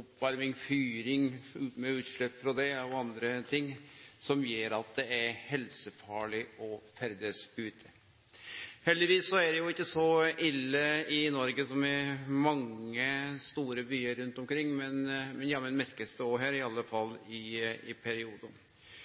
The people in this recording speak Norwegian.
oppvarming, fyring og andre ting gjer at det er helsefarleg å ferdast ute. Det er heldigvis ikkje så ille i Noreg som i mange store byar rundt omkring. Men jammen merkar ein det òg her, iallfall i periodar. Det er derfor god grunn til å helse velkommen alle